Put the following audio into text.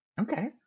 Okay